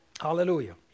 Hallelujah